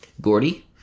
Gordy